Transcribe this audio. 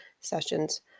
sessions